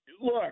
Look